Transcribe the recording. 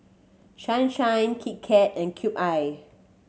Sunshine Kit Kat and Cube I